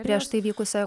prieš tai vykusioje